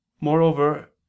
Moreover